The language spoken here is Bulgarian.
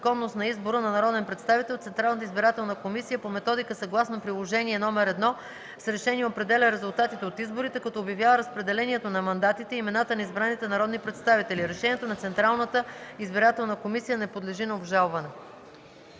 на избраните народни представители. Решението на Централната избирателна комисия не подлежи на обжалване.”